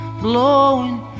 Blowing